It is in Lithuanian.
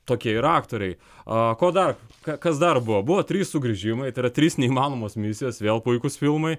tokie ir aktoriai ko dar kas dar buvo buvo trys sugrįžimai tėra trys neįmanomos misijos vėl puikūs filmai